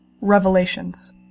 Revelations